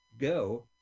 go